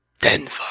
Denver